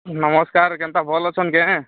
ନମସ୍କାର କେନ୍ତା ଭଲ ଅଛନ୍ତେ କେ